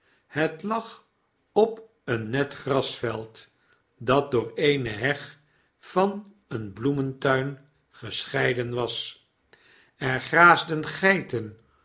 het lag op een net grasveld dat door eene heg van een bloementuin gescheidenwas er graasden geiten